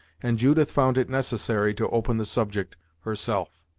and judith found it necessary to open the subject herself.